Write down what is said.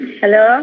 hello